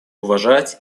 уважать